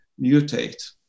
mutate